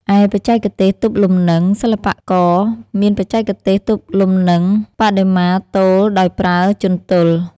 ឯបច្ចេកទេសទប់លំនឹង សិល្បករមានបច្ចេកទេសទប់លំនឹងបដិមាទោលដោយប្រើ ជន្ទល់។